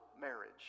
marriage